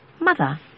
mother